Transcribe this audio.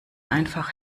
einfach